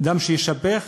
דם שיישפך